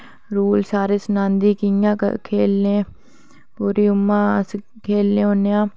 rule सारे सनांदे कि'यां खेल्लना पूरी उं'आ अस खेल्लने होन्ने आं